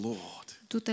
Lord